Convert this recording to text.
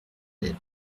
lèvres